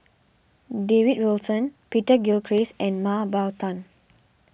David Wilson Peter Gilchrist and Mah Bow Tan